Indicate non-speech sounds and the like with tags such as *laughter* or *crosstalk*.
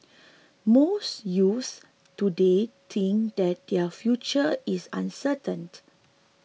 most youths today think that their future is uncertain *unintelligible*